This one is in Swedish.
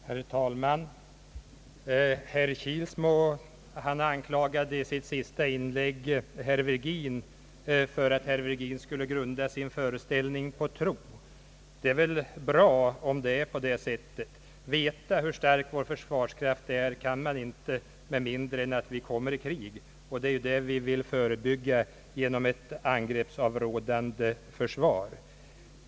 Herr talman! Herr Kilsmo anklagade herr Virgin för att denne skulle grunda sin uppfattning på tro. Det är väl i så fall bra — exakt veta hur stark vår försvarskraft är kan man inte med mindre än att vi kommer i krig; och det är ju detta vi vill förebygga genom ett angreppsavrådande försvar.